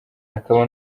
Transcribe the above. akaba